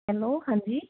hello ਹਾਂਜੀ